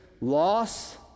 loss